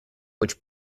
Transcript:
which